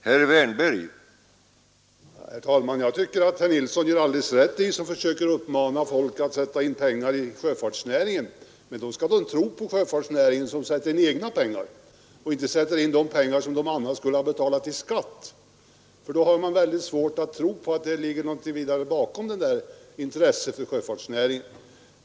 Herr talman! Jag tycker att herr Nilsson i Trobro gör alldeles rätt i att försöka uppmana folk att sätta in pengar i sjöfartsnäringen. Men då skall de tro på sjöfartsnäringen så att de sätter in egna pengar och inte sätter in de pengar som de annars skulle ha betalat i skatt för då har man mycket svårt att tro att det ligger något vidare bakom det där intresset för sjöfartsnäringen.